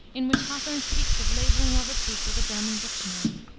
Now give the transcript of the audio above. in which hawthorne speaks of laboring over tieck with a german dictionary.